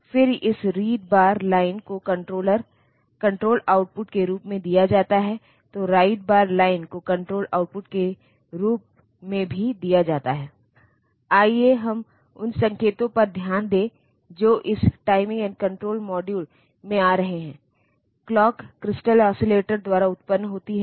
तो अगर हम उस तरह से विचार करते हैं तो 246 विभिन्न पैटर्न और यह वास्तव में 74 विभिन्न इंस्ट्रक्शंस के अनुरूप है